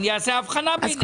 אני אעשה הבחנה ביניהם.